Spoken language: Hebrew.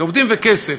זה עובדים וכסף.